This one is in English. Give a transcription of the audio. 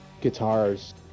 guitars